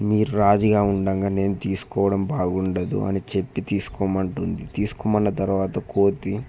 మీరు రాజుగా ఉండగా నేను తీసుకోవడం బాగుండదు అని చెప్పి తీసుకోమంటుంది తీసుకోమన్న తరువాత కోతి